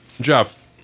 Jeff